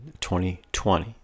2020